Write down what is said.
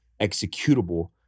executable